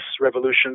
revolution